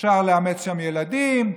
אפשר לאמץ שם ילדים,